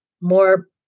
more